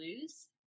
lose